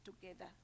together